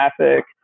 traffic